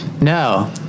No